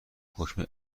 حکم